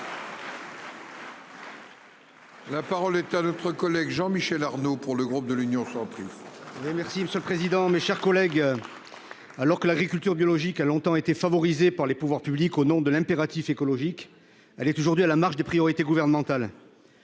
La parole est à notre collègue Jean Michel Arnaud pour le groupe de l'Union centriste. Remercie monsieur le président, mes chers collègues. Alors que l'agriculture biologique a longtemps été favorisée par les pouvoirs publics au nom de l'impératif écologique. Elle est aujourd'hui à la marge des priorités gouvernementales.